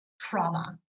trauma